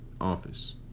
office